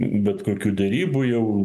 bet kokių derybų jau